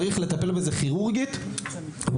צריך לטפל בזה כירורגית ואוטומטית,